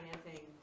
financing